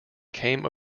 came